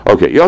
Okay